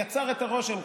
יצר את הרושם,